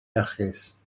iachus